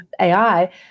AI